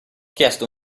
chiesto